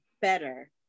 better